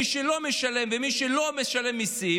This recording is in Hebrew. מי שלא עובד ומי שלא משלם מיסים,